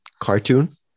cartoon